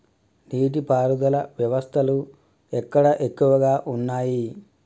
నీటి పారుదల వ్యవస్థలు ఎక్కడ ఎక్కువగా ఉన్నాయి?